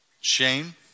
Shame